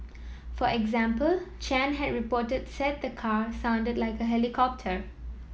for example Chan had reported said the car sounded like a helicopter